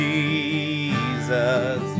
Jesus